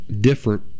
different